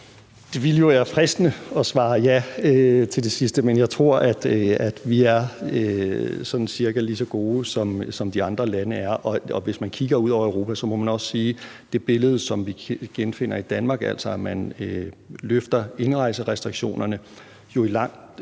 Det ville jo være fristende at svare ja til det sidste, men jeg tror, at vi er sådan cirka lige så gode, som de andre lande er. Og hvis man kigger ud over Europa, må man også sige, at det billede, vi genfinder i Danmark, altså at man løfter indrejserestriktionerne, jo i vid